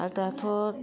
आर दाथ'